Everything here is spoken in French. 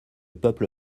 peuple